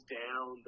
down